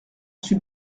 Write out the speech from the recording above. suis